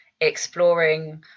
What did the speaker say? exploring